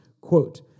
Quote